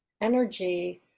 energy